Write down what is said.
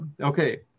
Okay